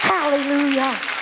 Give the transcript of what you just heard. Hallelujah